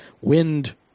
wind